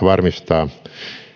varmistaa